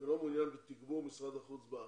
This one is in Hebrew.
ולא מעוניין בתגבור משרד החוץ בארץ.